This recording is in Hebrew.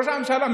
ראש הממשלה,